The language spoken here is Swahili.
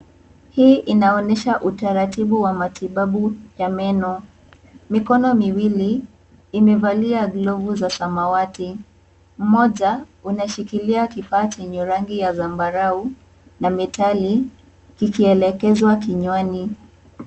Hii inaonyesha utaratibu wa matibabu ya meno. Mikono miwili imevalia glovu za samawati. Mmoja unashikilia kifaa chenye rangi ya sambarau na medali ikielegezwa kinywani.